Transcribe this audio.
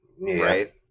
right